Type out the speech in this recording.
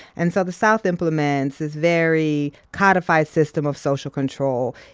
and so the south implements this very codified system of social control.